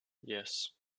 yes